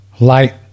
light